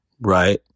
right